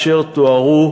אשר תוארו,